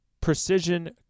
precision